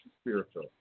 spiritual